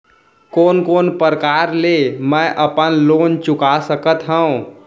कोन कोन प्रकार ले मैं अपन लोन चुका सकत हँव?